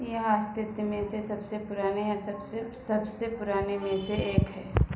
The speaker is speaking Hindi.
यह अस्तित्व में से सबसे पुराने या सबसे सबसे पुराने में से एक है